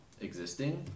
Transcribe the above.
existing